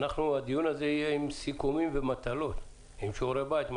הדיון הזה יהיה עם סיכומים ומטלות, עם שיעורי בית.